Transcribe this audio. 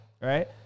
right